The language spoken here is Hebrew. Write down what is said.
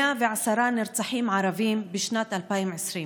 110 נרצחים ערבים בשנת 2020: